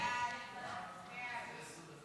12 בעד, 30 נגד.